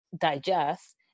digest